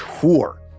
tour